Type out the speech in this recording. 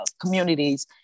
communities